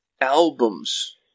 albums